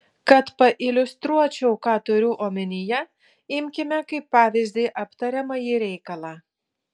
kad pailiustruočiau ką turiu omenyje imkime kaip pavyzdį aptariamąjį reikalą